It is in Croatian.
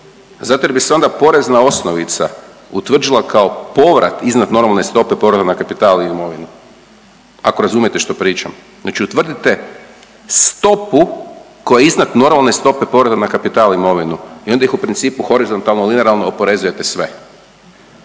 Zato jer bi se onda porezna osnovica utvrdila kao povrat iznad normalne stope poreza na kapital ili imovinu. Ako razumijete što pričam. Znači utvrdite stopu koja je iznad normalne stope poreza na kapital i imovinu i onda ih u principu horizontalno, linearno oporezujete sve.